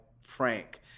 frank